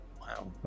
Wow